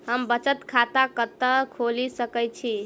हम बचत खाता कतऽ खोलि सकै छी?